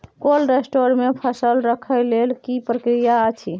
Cold store मे फसल रखय लेल की प्रक्रिया अछि?